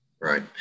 Right